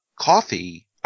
Coffee